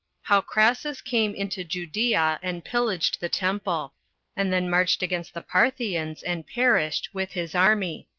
how crassus came into judea, and pillaged the temple and then marched against the parthians and perished, with his army.